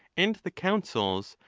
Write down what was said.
and the councils,